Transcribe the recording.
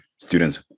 students